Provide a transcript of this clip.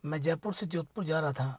मैं जयपुर से जोधपुर जा रहा था